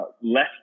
less